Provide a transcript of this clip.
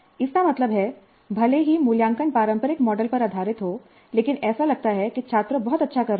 इसका मतलब है भले ही मूल्यांकन पारंपरिक मॉडल पर आधारित हो लेकिन ऐसा लगता है कि छात्र बहुत अच्छा कर रहे हैं